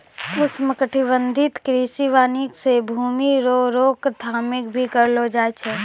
उष्णकटिबंधीय कृषि वानिकी से भूमी रो रोक थाम भी करलो जाय छै